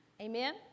Amen